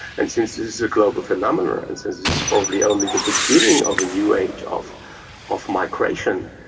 and since this is a global phenomenon, and since it's probably only the beginning of a new age of of migration,